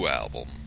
album